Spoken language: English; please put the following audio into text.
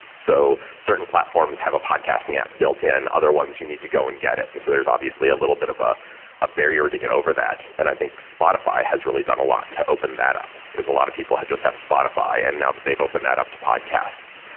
so, certain platforms have a podcasting yeah built-in, other ones you need to go and get it. and so there's obviously a little bit of a a barrier to get over that, and i think spotify has really done a lot to open that up, because a lot of people had just have spotify, and now that they've open that up to podcasts,